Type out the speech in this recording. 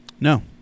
No